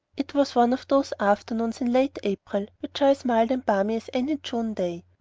it was one of those afternoons in late april which are as mild and balmy as any june day.